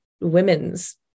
women's